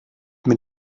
mit